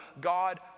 God